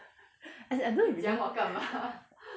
as in I don't re~